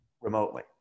remotely